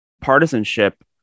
partisanship